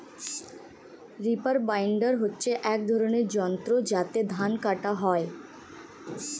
reaper binder হচ্ছে এক ধরনের যন্ত্র যাতে ধান কাটা হয়